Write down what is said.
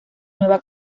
nueva